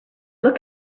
look